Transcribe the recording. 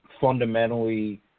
fundamentally